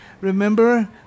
Remember